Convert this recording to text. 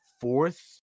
fourth